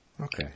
Okay